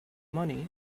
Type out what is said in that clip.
money